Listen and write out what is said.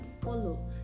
follow